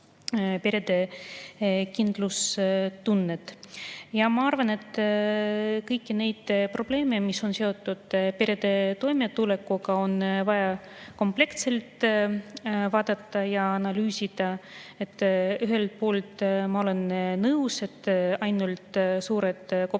perede kindlustunnet. Ma arvan, et kõiki neid probleeme, mis on seotud perede toimetulekuga, on vaja kompleksselt vaadata ja analüüsida. Ühelt poolt ma olen nõus, et ainult suured, kopsakad